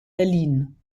berlin